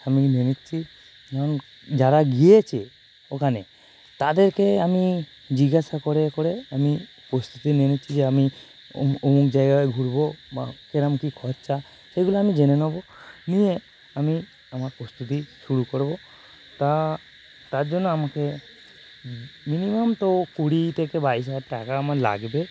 আমি নিয়ে নিচ্ছি এখন যারা গিয়েছে ওখানে তাদেরকে আমি জিজ্ঞাসা করে করে আমি প্রস্তুতি নিয়ে নিচ্ছি যে আমি ওম অমুক জায়গায় ঘুরবো বা কিরকম কী খরচা সেগুলো আমি জেনে নেবো নিয়ে আমি আমার প্রস্তুতি শুরু করবো তা তার জন্য আমাকে মিনিমাম তো কুড়ি থেকে বাইশ হাজার টাকা আমার লাগবে